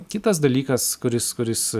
kitas dalykas kuris kuris